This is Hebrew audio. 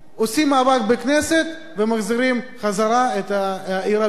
עושים מאבק בכנסת ומחזירים חזרה את עיר הבירה לתוך החוק.